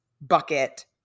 bucket